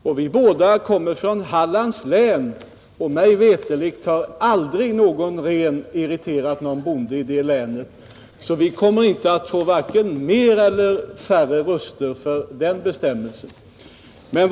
Vi kommer båda två från Hallands län, och mig veterligt har aldrig en ren irriterat någon bonde i det länet. Vi kommer därför inte att få vare sig fler eller färre röster för den bestämmelsen.